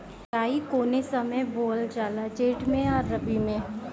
केराई कौने समय बोअल जाला जेठ मैं आ रबी में?